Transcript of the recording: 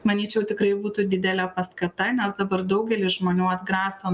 manyčiau tikrai būtų didelė paskata nes dabar daugelį žmonių atgraso